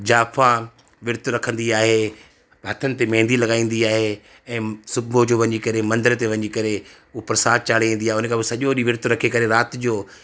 ज़ाइफ़ा वृत रखंदी आहे हथनि ते मेहिंदी लॻाईंदी आहे ऐं सुबुह जो वञी करे मंदर ते वञी करे उहा परसादु चाढ़े ईंदी आहे उन खां पोइ सॼो ॾींहुं वृत रखे करे राति जो